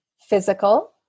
physical